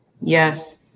Yes